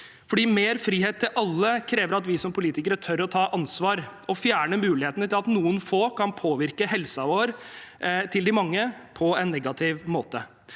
Mer frihet til alle krever at vi som politikere tør å ta ansvar og fjerner mulighetene til at noen få kan påvirke de manges helse på en negativ måte.